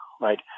right